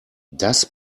das